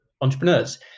entrepreneurs